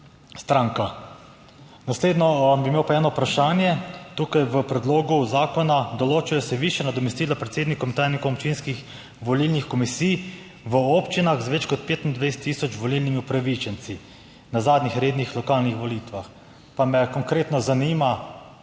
stranka. Naslednje bi imel pa eno vprašanje. Tukaj v predlogu zakona se določajo višja nadomestila predsednikom, tajnikom občinskih volilnih komisij v občinah z več kot 25 tisoč volilnimi upravičenci na zadnjih rednih lokalnih volitvah. Pa me konkretno zanima,